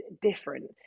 different